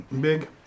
big